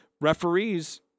referees